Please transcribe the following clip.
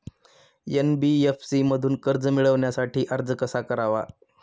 NBFC मधून कर्ज मिळवण्यासाठी अर्ज कसा करावा?